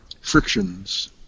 frictions